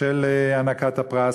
של הענקת הפרס,